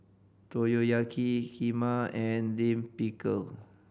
Motoyaki Kheema and Lime Pickle